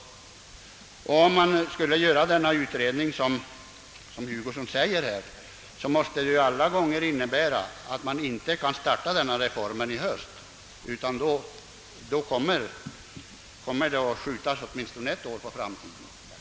Om man skulle göra den utredning som herr Hugosson föreslår måste det ju i varje fall innebära att man inte kan påbörja denna reform i höst, utan då kommer den att skjutas åtminstone ett år framåt i tiden.